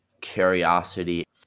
curiosity